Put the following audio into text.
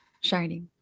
shining